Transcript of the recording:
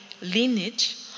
lineage